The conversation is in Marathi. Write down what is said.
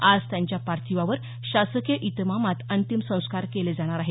आज त्यांच्या पार्थिवावर शासकीय इतमामात अंतिम संस्कार केले जाणार आहेत